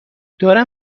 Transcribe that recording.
دارم